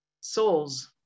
souls